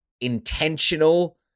intentional